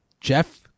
Jeff